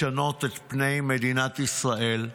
לשנות את פני מדינת ישראל.